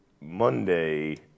Monday